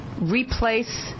replace